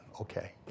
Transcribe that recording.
Okay